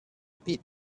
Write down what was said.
pit